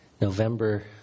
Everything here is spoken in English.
November